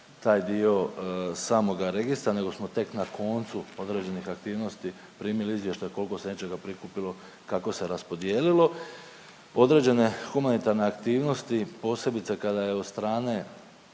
taj dio samoga registra nego smo tek na koncu određenih aktivnosti primili izvještaj koliko se nečega prikupilo, kako se raspodijelilo. Određene humanitarne aktivnosti, posebice kada je od strane